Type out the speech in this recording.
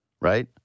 right